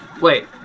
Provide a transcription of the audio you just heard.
Wait